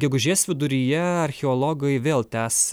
gegužės viduryje archeologai vėl tęs